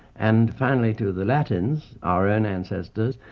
and finally to the latins, our own ancestors,